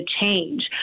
change